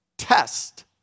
Test